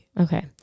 Okay